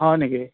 হয় নেকি